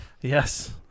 Yes